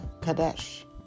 Kadesh